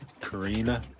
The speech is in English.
Karina